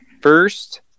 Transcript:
first